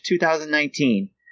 2019